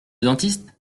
dentiste